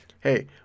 hey